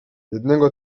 jednego